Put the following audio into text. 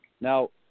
Now